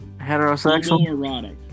heterosexual